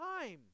time